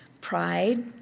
Pride